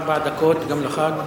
ארבע דקות גם לך.